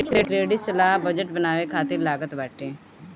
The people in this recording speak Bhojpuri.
क्रेडिट सलाह बजट बनावे खातिर लागत बाटे